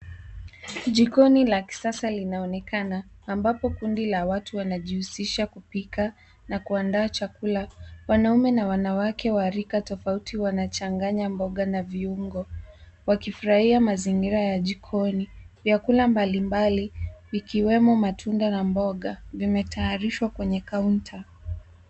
Jikoni la kisasa linaonekana, ambapo kundi la watu linajihusisha kupika na kuandaa chakula. Wanaume na wanawake wa rika tofauti wanachanganya mboga na viungo, wakifurahia mazingira ya jikoni. Vyakula mbali mbali, vikiwemo matunda na mboga, vimetayarishwa kwenye counter .